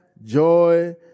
Joy